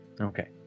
Okay